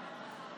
50,